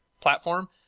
platform